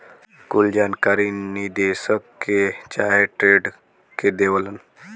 कुल जानकारी निदेशक के चाहे ट्रेडर के देवलन